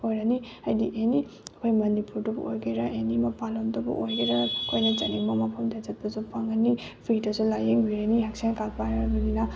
ꯑꯣꯏꯔꯅꯤ ꯍꯥꯏꯗꯤ ꯑꯦꯅꯤ ꯑꯩꯈꯣꯏ ꯃꯅꯤꯄꯨꯔꯗꯕꯨ ꯑꯣꯏꯒꯦꯔ ꯑꯦꯅꯤ ꯃꯐꯝ ꯃꯄꯥꯟ ꯂꯝꯗꯕꯨ ꯑꯣꯏꯒꯦꯔ ꯑꯩꯈꯣꯏꯅ ꯆꯠꯅꯤꯡꯕ ꯃꯐꯝꯗ ꯆꯠꯄꯁꯨ ꯐꯪꯂꯅꯤ ꯐ꯭ꯔꯤꯗꯁꯨ ꯂꯥꯏꯌꯦꯡꯕꯤꯔꯅꯤ ꯍꯛꯁꯦꯜ ꯀꯥꯠ ꯄꯥꯏꯔꯕꯅꯤꯅ